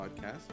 podcast